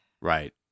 Right